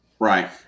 Right